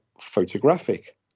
photographic